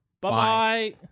bye